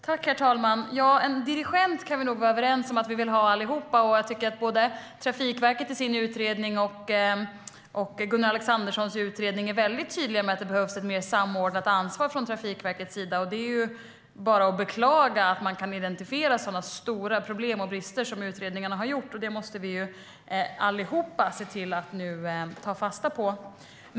Herr talman! Ja, en dirigent kan vi nog allihop vara överens om att vi vill ha, och jag tycker att både Trafikverkets utredning och Gunnar Alexanderssons utredning är väldigt tydliga med att det behövs ett mer samordnat ansvar från Trafikverkets sida. Det är bara att beklaga att utredningarna identifierat så stora problem och brister. Detta måste vi allihop se till att nu ta fasta på.